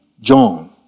John